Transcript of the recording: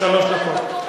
שלוש דקות.